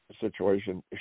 situation